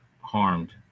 harmed